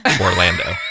Orlando